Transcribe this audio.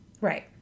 Right